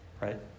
Right